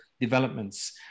developments